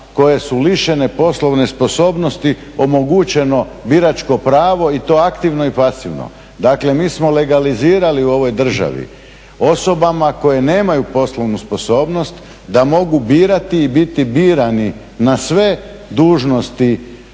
koje su lišene poslovne sposobnosti, omogućeno biračko pravo i to aktivno i pasivno. Dakle, mi smo legalizirali u ovoj državi osobama koje nemaju poslovnu sposobnost da mogu birati i biti birani na sve dužnosti,